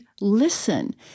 listen